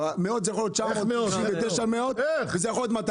מאות זה יכול להיות 999 מאות וזה יכול להיות 200